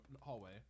hallway